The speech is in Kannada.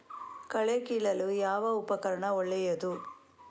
ಕಳೆ ಕೀಳಲು ಯಾವ ಉಪಕರಣ ಒಳ್ಳೆಯದು?